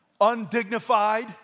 undignified